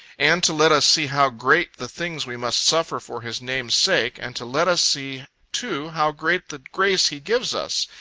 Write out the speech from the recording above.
and to let us see how great the things we must suffer for his name's sake, and to let us see too how great the grace he gives us,